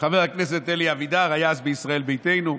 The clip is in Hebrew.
חבר הכנסת אלי אבידר, שהיה אז בישראל ביתנו,